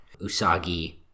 Usagi